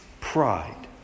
pride